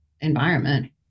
environment